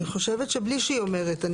אני חושבת שבלי שהיא אומרת.